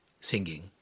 singing